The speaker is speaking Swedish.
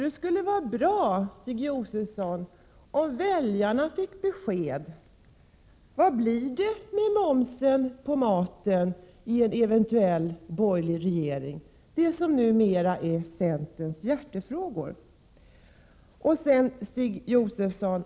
Det skulle vara bra, Stig Josefson, om väljarna fick besked om hur det vid en eventuell borgerlig regering blir med momsen på maten, det som numera är en av centerns hjärtefrågor.